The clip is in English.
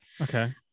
Okay